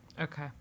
Okay